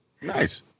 nice